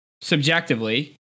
subjectively